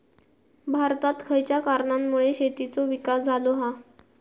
भारतात खयच्या कारणांमुळे शेतीचो विकास झालो हा?